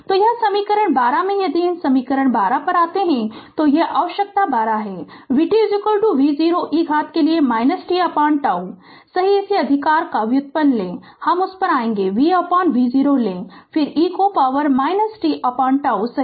तो यह समीकरण 12 में यदि इन समीकरण 12 पर आता है तो यह आवश्यकता 12 है vt v0 e घात के लिए tτ सही इस अधिकार का व्युत्पन्न लें हम उस पर आयेगे vv0 ले लो फिर e को पॉवर - t τ सही